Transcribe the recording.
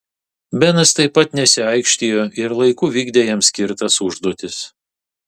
benas taip pat nesiaikštijo ir laiku vykdė jam skirtas užduotis